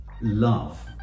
love